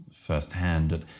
firsthand